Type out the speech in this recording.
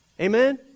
Amen